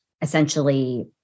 essentially